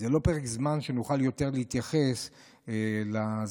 זה לא פרק זמן שנוכל להתייחס יותר לזיכרון